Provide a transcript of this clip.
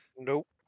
Nope